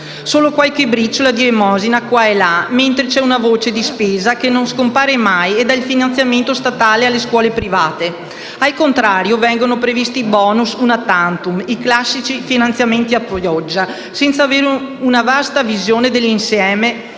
Solo qualche briciola di elemosina si trova qua e là, mentre una voce di spesa non scompare mai ed è il finanziamento statale alle scuole private. Al contrario, vengono previsti *bonus* *una tantum*, i classici finanziamenti a pioggia, senza avere una vasta visione d'insieme